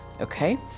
Okay